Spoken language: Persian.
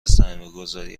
سرمایهگذاری